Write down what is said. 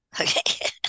Okay